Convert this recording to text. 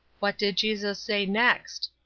what did jesus say next?